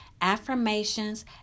affirmations